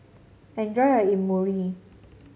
enjoy your Imoni